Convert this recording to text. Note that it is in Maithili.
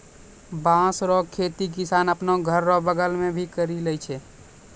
बाँस रो खेती किसान आपनो घर रो बगल मे भी करि लै छै